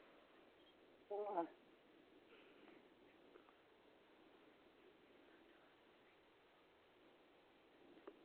ᱠᱚᱢᱚᱜᱼᱟ